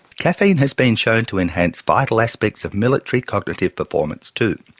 caffeine has been shown to enhance vital aspects of military cognitive performance too.